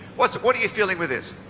what what are you feeling with this?